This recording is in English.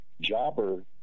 jobber